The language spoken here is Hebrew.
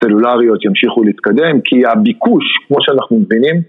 סלולריות ימשיכו להתקדם, כי הביקוש כמו שאנחנו מבינים